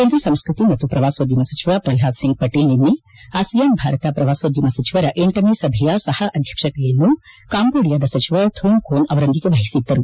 ಕೇಂದ್ರ ಸಂಸ್ಕೃತಿ ಮತ್ತು ಪ್ರವಾಸೋದ್ಯಮ ಸಚಿವ ಪ್ರಹ್ಲಾದ್ ಸಿಂಗ್ ಪಟೇಲ್ ನಿನ್ನೆ ಆಸಿಯಾನ್ ಭಾರತ ಪ್ರವಾಸೋದ್ಯಮ ಸಚಿವರ ಃನೇ ಸಭೆಯ ಸಹ ಅಧ್ಯಕ್ಷತೆಯನ್ನು ಕಾಂಬೋಡಿಯಾದ ಸಚಿವ ಥೋಂಗ್ ಕೋನ್ ಅವರೊಂದಿಗೆ ವಹಿಸಿದ್ದರು